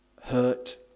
hurt